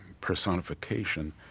personification